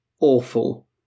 awful